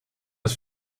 ist